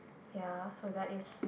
ya so that is